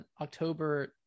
October